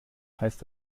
heißt